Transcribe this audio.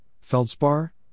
feldspar